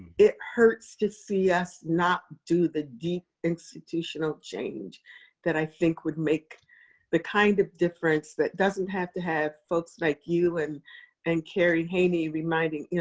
it hurts to see us not do the deep institutional change that i think would make the kind of difference that doesn't have to have folks like you and and kerry haynie reminding, you know